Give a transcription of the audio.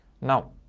Now